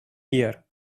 here